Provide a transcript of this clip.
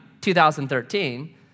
2013